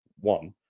one